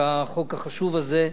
על החוק החשוב הזה,